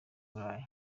burayi